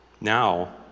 Now